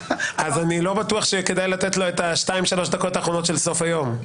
אני לא בטוח שכדאי לתת לו את השתיים-שלוש דקות האחרונות של סוף היום.